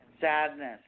Sadness